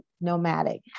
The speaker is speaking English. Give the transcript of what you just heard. nomadic